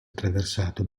attraversato